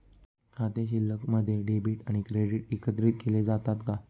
खाते शिल्लकमध्ये डेबिट आणि क्रेडिट एकत्रित केले जातात का?